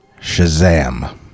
Shazam